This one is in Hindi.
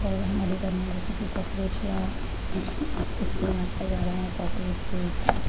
और हमारे घर में जैसे कि कोक्रोच या इसकी मात्रा ज़्यादा हैं कॉकरोचों की